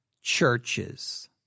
churches